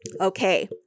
Okay